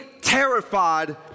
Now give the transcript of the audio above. terrified